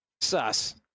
Sus